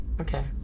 Okay